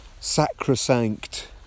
sacrosanct